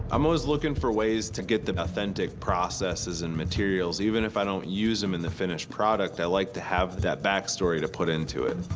i'm always looking for ways to get the authentic processes and materials. even if i don't use them in the finished product, i like to have that backstory to put into it.